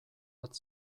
bat